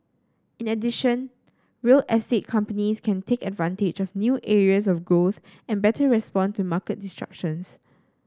in addition real estate companies can take advantage of new areas of growth and better respond to market disruptions